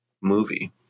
movie